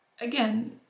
again